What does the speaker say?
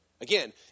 Again